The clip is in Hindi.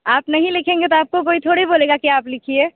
आप नहीं लिखेंगे तो आपको कोई थोड़ी बोलेगा कि आप लिखिए